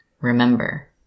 Remember